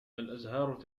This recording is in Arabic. الأزهار